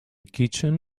kitchen